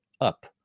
up